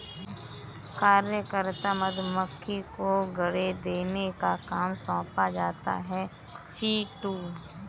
कार्यकर्ता मधुमक्खी को अंडे देने का काम सौंपा जाता है चिंटू